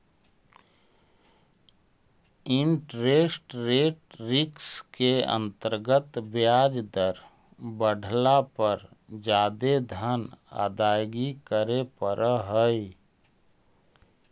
interest rate risk के अंतर्गत ब्याज दर बढ़ला पर जादे धन अदायगी करे पड़ऽ हई